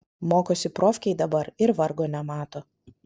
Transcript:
mokosi profkėj dabar ir vargo nemato